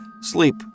Sleep